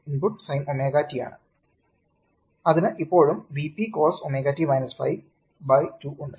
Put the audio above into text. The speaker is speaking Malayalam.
ഇൻപുട്ട് sin ωt ആണ് അതിന് ഇപ്പോഴും Vpcos ωt 5 2 ഉണ്ട്